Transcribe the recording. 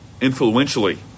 influentially